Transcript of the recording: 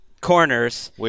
corners